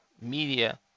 media